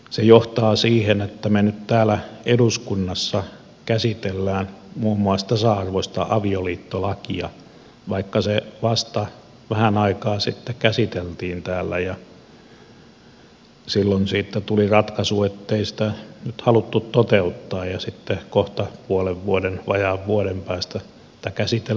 se johtaa siihen että me nyt täällä eduskunnassa käsittelemme muun muassa tasa arvoista avioliittolakia vaikka se vasta vähän aikaa sitten käsiteltiin täällä ja silloin siitä tuli ratkaisu ettei sitä haluttu toteuttaa ja kohta puolen vuoden vajaan vuoden päästä sitä käsitellään uudestaan